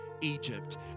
Egypt